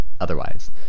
otherwise